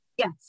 Yes